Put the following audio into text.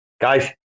Guys